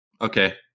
Okay